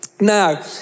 Now